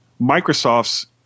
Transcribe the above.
Microsoft's